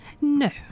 No